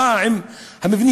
מה עם המבנים?